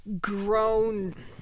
grown